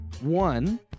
one